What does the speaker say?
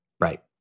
right